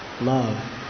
love